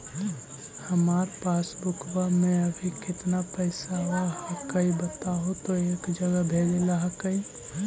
हमार पासबुकवा में अभी कितना पैसावा हक्काई बताहु तो एक जगह भेजेला हक्कई?